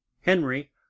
Henry